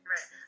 Right